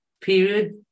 period